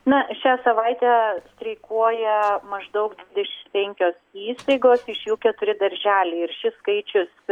na šią savaitę streikuoja maždaug dvidešimt penkios įstaigos iš jų keturi darželiai ir šis skaičius